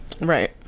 Right